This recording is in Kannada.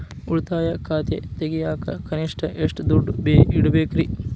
ಉಳಿತಾಯ ಖಾತೆ ತೆಗಿಯಾಕ ಕನಿಷ್ಟ ಎಷ್ಟು ದುಡ್ಡು ಇಡಬೇಕ್ರಿ?